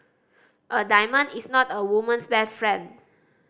a diamond is not a woman's best friend